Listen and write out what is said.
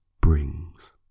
brings